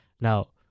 now